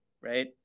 Right